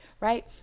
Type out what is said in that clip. Right